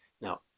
Now